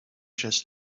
just